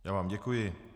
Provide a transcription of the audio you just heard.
Já vám děkuji.